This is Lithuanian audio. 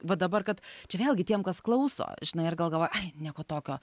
va dabar kad čia vėlgi tiem kas klauso žinai ir gal galvoja ai nieko tokio